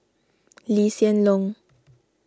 Lee Hsien Loong